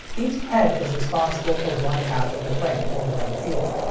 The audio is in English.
each head is responsible for one half of the frame, or one field.